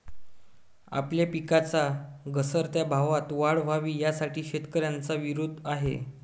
आपल्या पिकांच्या घसरत्या भावात वाढ व्हावी, यासाठी शेतकऱ्यांचा विरोध आहे